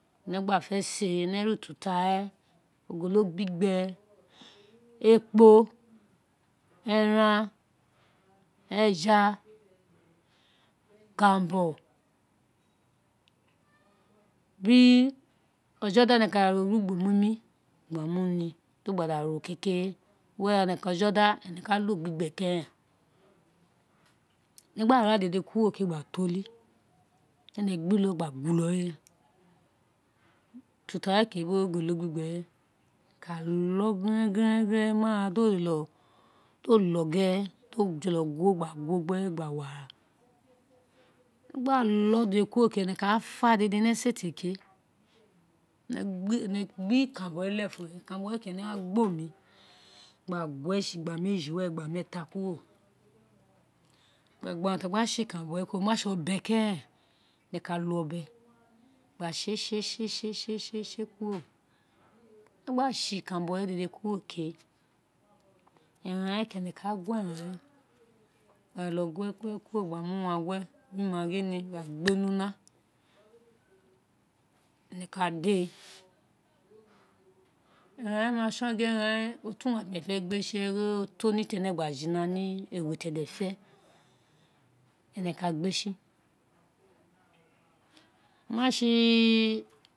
Ene gba fe se ene re ututa we ogolo gbigbe ekpo eran, eja ojo bobo ene ka ra orugbo mimi mu ni do gba daro kekere, were ene ka jedi ene ka lo gbigbe keren ite mi gba ra dede kuro gba toli, de mi gbe ulogba gue ulo we, ututa we ke bi ogolo gbigbe mo ka lo ma ra do lo, do lo gerere ido jolo guo, gba guo gba wo ara, te me lo dede kuro ke ene ka fa dede mi esete ene gbe ikanranbo lefun, ikanranbo ene wa gbo lu gba gue sisi ugba meji weri meeta kuro, urun ti agba se ikanranbo we o ma se obe ene ka lo obe o ka se se kuro ogba se ikanranbo we se se se se se kuro ogba se ikanranbo we dede kuro ke eran we ke ene ka gue eran we gba jolo gue kuro gba mu urangue ni mie maggi ni gba gbe ni una ene ka de e, aghan ma san gin eran we o to ni tene gba jina tiewe ti ene fe ene ka gbe si oma si.